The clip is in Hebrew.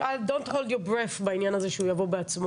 don't hold your breath בעניין הזה שהוא יבוא בעצמו.